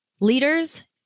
Leaders